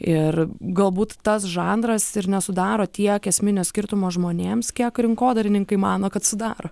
ir galbūt tas žanras ir nesudaro tiek esminio skirtumo žmonėms kiek rinkodarininkai mano kad sudaro